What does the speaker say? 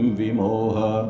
vimoha